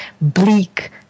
bleak